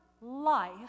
life